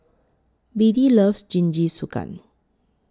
Beadie loves Jingisukan